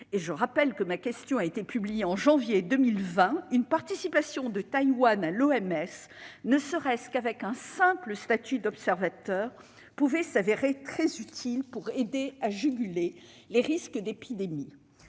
ma question, j'y insiste, a été publiée en janvier 2020 -, une participation de Taïwan à l'OMS, ne serait-ce qu'avec un simple statut d'observateur, pouvait s'avérer très utile pour aider à juguler les risques d'épidémie.